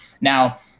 Now